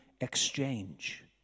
exchange